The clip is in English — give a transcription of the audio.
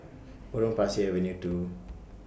Potong Pasir Avenue two